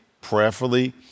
prayerfully